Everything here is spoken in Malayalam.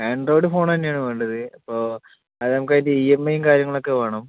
ആൻഡ്രോയിഡ് ഫോൺ തന്നെയാണ് വേണ്ടത് ഇപ്പോൾ അതിന് നമുക്ക് അതിൻ്റെ ഇ എം ഐയും കാര്യങ്ങളൊക്കെ വേണം